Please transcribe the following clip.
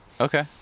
Okay